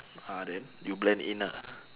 ah then you blend in ah